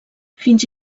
fins